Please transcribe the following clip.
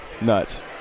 Nuts